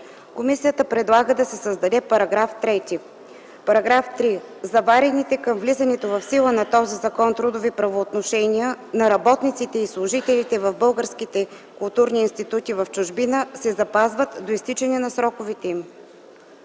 Комисията предлага да се създаде § 3: „§ 3. Заварените към влизането в сила на този закон трудови правоотношения на работниците и служителите в българските културни институти в чужбина се запазват до изтичане на сроковете им.”